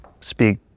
speak